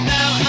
Now